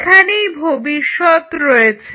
এখানেই ভবিষ্যত রয়েছে